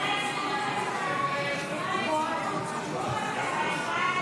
הסתייגות --- קל"ב, לפני סעיף 1. לפני סעיף 1,